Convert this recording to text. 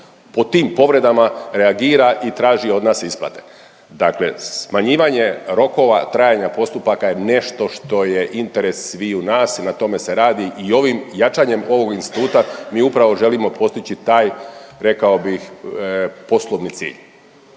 po tim povredama reagira i traži od nas isplate. Dakle, smanjivanje rokova trajanja postupaka je nešto što je interes sviju nas i na tome se radi i ovim, jačanjem ovog instituta mi upravo želimo postići taj rekao bih poslovni cilj.